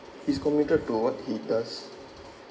he's committed to what he does